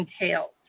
entails